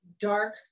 dark